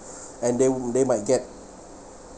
and then would they might get